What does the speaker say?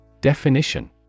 Definition